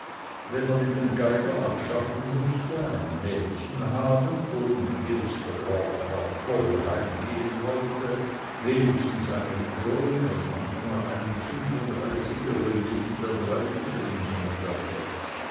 wenn er mit dem geiger abschaffen mußte ein mädchen haben und wie es der brauch war voll heimgehen wollte wenigstens eine krone und manchmal einen fünfunddreißiger für jeden der drei übrigen sonntage